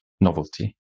novelty